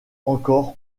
encore